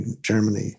Germany